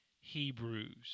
Hebrews